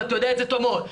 ואתה יודע את זה טוב מאוד,